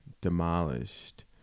demolished